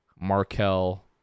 Markel